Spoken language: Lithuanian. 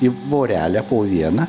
į vorelę po vieną